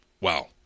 wow